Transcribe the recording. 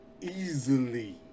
Easily